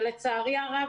לצערי הרב,